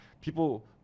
People